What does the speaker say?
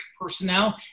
personnel